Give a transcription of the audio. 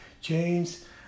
James